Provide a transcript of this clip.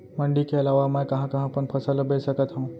मण्डी के अलावा मैं कहाँ कहाँ अपन फसल ला बेच सकत हँव?